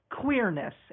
queerness